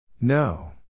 no